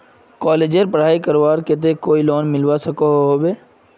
कॉलेजेर पढ़ाई करवार केते कोई लोन मिलवा सकोहो होबे?